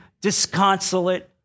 disconsolate